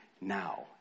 now